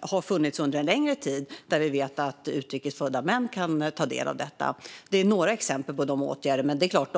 har funnits under en längre tid, som vi vet att utrikes födda män kan ta del av. Det är några exempel på de åtgärder som vi har vidtagit.